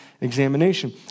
examination